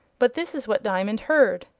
but this is what diamond heard,